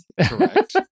correct